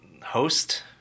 host